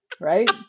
Right